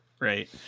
Right